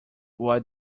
what